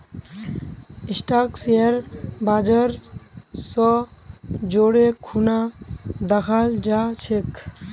stock share बाजर स जोरे खूना दखाल जा छेक